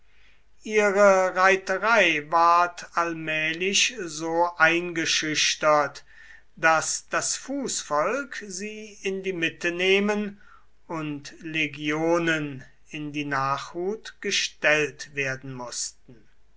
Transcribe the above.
ihre reiterei ward allmählich so eingeschüchtert daß das fußvolk sie in die mitte nehmen und legionen in die nachhut gestellt werden mußten